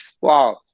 Wow